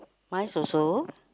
mice also